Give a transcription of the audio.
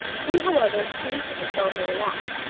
he, however, seems to have felt no alarm.